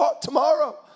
tomorrow